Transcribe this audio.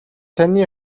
таны